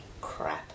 crap